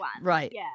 Right